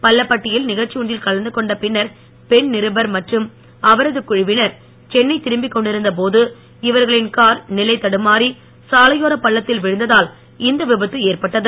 பன்ளப்பட்டியில் நிகழ்ச்சி ஒன்றில் கலந்து கொண்ட பின்னர் பெண் நிருபர் மற்றும் அவரது குழுவினர் சென்னை திரும்பிக் கொண்டிருந்த போது இவர்களின் கார் நிலைதடுமாறி சாலையோர பள்ளத்தில் விழுந்ததால் இந்த விபத்து ஏற்பட்டது